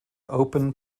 open